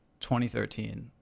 2013